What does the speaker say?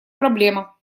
проблема